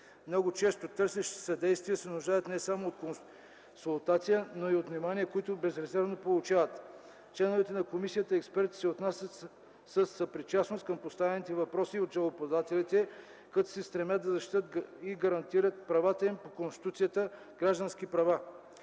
Много често търсещите съдействие се нуждаят не само от консултация, но и от внимание, които безрезервно получават. Членовете на комисията и експертите се отнасят със съпричастност към поставените въпроси от жалбоподавателите, като се стремят да защитят гарантираните им по Конституция граждански права.